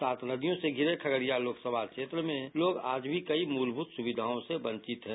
सात नदियों से घिरे खगड़िया लोकसभा क्षेत्र में लोग आज भी कई मुलभूत सुविधाओं से वंचित हैं